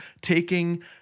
taking